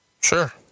Sure